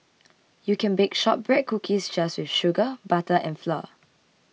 you can bake Shortbread Cookies just with sugar butter and flour